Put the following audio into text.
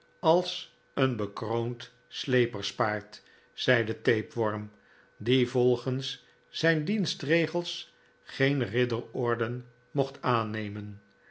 als een bekroond sleeperspaard zeide tapeworm die volgens zijn dienstregels geen ridderorden mocht aannemen